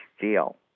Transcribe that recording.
deal